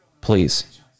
please